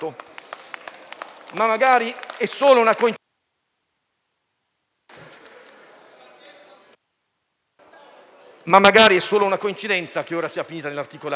Magari è solo una coincidenza che sia finita ora nell'articolato.